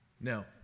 Now